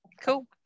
cool